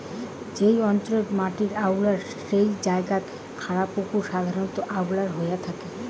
যে অঞ্চলত মাটি আউয়াল সেই জাগাত খোঁড়া পুকুর সাধারণত আউয়াল হয়া থাকে